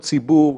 מסודר לאירוע,